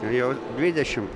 ir jau dvidešim